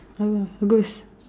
I will ghost